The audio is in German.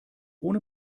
ohne